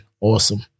awesome